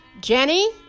Jenny